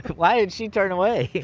why did she turn away?